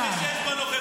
אני מקום 46 בנוכחות,